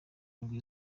ndwi